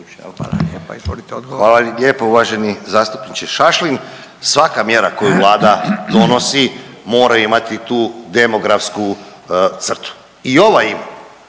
Hvala lijepo uvaženi zastupniče Šašlin. Svaka mjera koju Vlada donosi mora imati tu demografsku crtu. I ovo